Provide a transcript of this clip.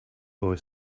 boy